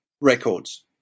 Records